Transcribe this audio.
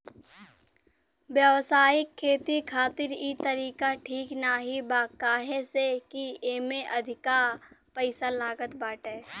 व्यावसायिक खेती खातिर इ तरीका ठीक नाही बा काहे से की एमे अधिका पईसा लागत बाटे